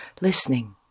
listening